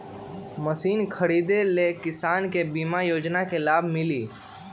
Machine खरीदे ले किसान के बीमा योजना के लाभ मिली?